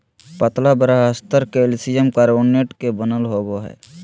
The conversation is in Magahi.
पतला बाह्यस्तर कैलसियम कार्बोनेट के बनल होबो हइ